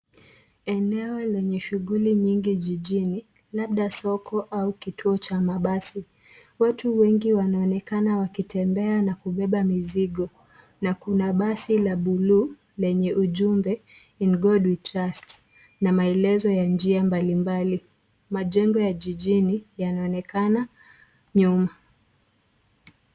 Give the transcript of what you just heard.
Eneo lenye shughuli nyingi jijini, labda soko au kituo cha mabasi. Watu wengi wanaonekana wakitembea na kubeba mizigo. Na kuna basi la buluu lenye ujumbe "In God we trust". Na maelezo ya njia mbalimbali. Majengo ya jijini yanaonekana nyuma.